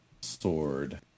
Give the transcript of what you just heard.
sword